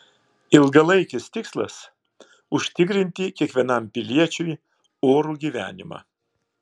ilgalaikis tikslas užtikrinti kiekvienam piliečiui orų gyvenimą